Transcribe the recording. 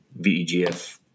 VEGF